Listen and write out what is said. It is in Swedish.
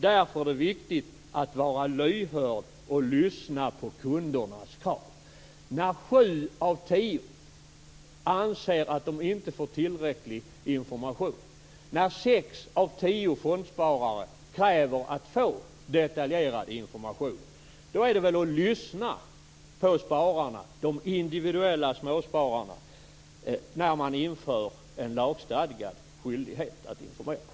Därför är det viktigt att vara lyhörd och lyssna på kundernas krav". Det är väl att lyssna på de individuella småspararna om man inför en lagstadgad skyldighet att informera när sju av tio anser att de inte får tillräcklig information och när sex av tio fondsparare kräver att få detaljerad information?